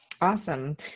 Awesome